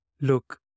Look